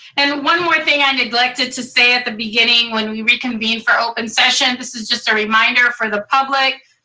and one more thing i neglected to say at the beginning when we reconvened for open session, this is just a reminder for the public.